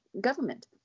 government